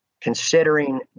considering